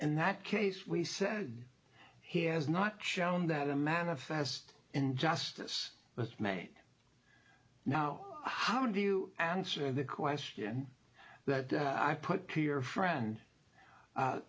in that case we said he has not shown that a manifest and justice was made now how do you answer the question that i put to your friend